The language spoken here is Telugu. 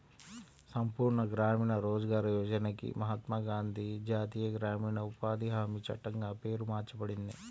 సంపూర్ణ గ్రామీణ రోజ్గార్ యోజనకి మహాత్మా గాంధీ జాతీయ గ్రామీణ ఉపాధి హామీ చట్టంగా పేరు మార్చబడింది